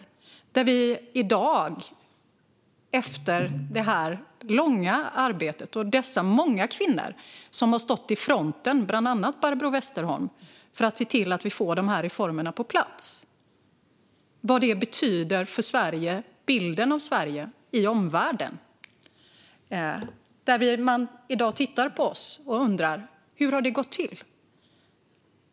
I dag kan vi se - efter detta långa arbete av de många kvinnor, bland andra Barbro Westerholm, som stått i fronten för att se till att få dessa reformer på plats - vad det betyder för Sverige och bilden av Sverige i omvärlden. I dag tittar man på oss och undrar: Hur har det gått till?